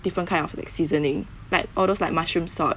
different kind of seasoning like all those like mushroom salt